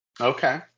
Okay